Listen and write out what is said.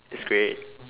it's great